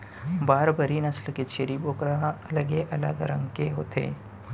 बारबरी नसल के छेरी बोकरा ह अलगे अलग रंग के होथे